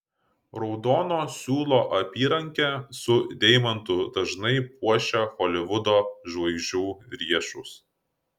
raudono siūlo apyrankė su deimantu dažnai puošia holivudo žvaigždžių riešus